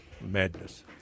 madness